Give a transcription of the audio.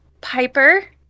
Piper